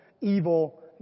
evil